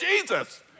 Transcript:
Jesus